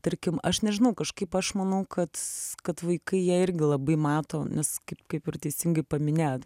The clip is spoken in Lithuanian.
tarkim aš nežinau kažkaip aš manau kad kad vaikai jie irgi labai mato nes kaip kaip ir teisingai paminėjot